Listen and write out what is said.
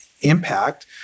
impact